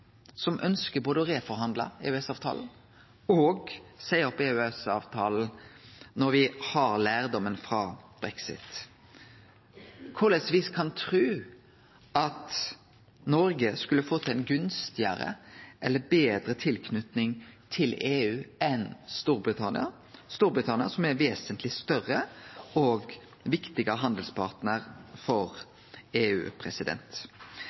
å både reforhandle og seie opp EØS-avtalen – når me har lærdomen frå brexit. Korleis kan me tru at Noreg skulle få til ei gunstigare eller betre tilknyting til EU enn Storbritannia, Storbritannia som er ein vesentleg større og viktigare handelspartnar for EU?